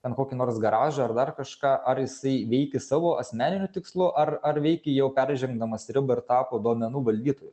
ten kokį nors garažą ar dar kažką ar jisai veikė savo asmeniniu tikslu ar ar veikė jau peržengdamas ribą ir tapo duomenų valdytoju